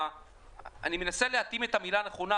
אני מנסה להתאים את המילה הנכונה,